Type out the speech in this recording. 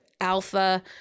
alpha